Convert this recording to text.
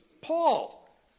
Paul